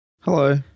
Hello